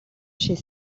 chez